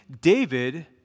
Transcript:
David